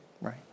Right